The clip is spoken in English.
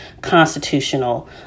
constitutional